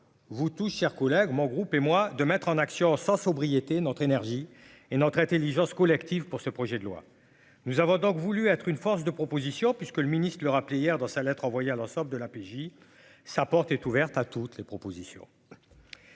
vous tous, chers collègues, mon groupe et moi, de mettre en action 100 sobriété notre énergie et nos retraites et licence collective pour ce projet de loi, nous avons donc voulu être une force de proposition, puisque le ministre le rappeler, hier, dans sa lettre envoyée à l'ensemble de la PJ sa porte est ouverte à toutes les propositions,